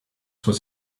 was